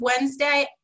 Wednesday